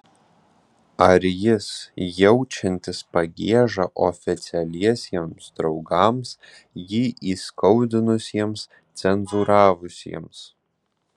ar jis jaučiantis pagiežą oficialiesiems draugams jį įskaudinusiems cenzūravusiems